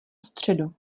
středu